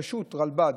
את הרלב"ד,